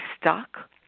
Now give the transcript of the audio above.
stuck